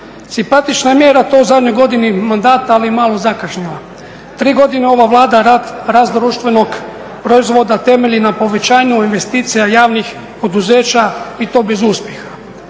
Simpatična mjera to u zadnjoj godini mandata ali malo zakašnjela. Tri godine ova Vladi rast društvenog proizvoda temelji na povećanju investicija javnih poduzeća i to bez uspjeha.